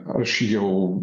aš jau